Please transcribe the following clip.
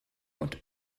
und